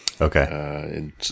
Okay